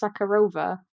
Sakharova